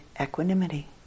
equanimity